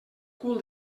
cul